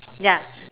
ya